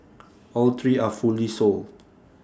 all three are fully sold